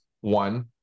One